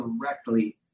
directly